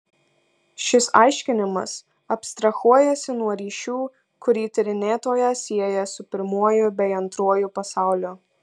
šis aiškinimas abstrahuojasi nuo ryšių kurį tyrinėtoją sieja su pirmuoju bei antruoju pasauliu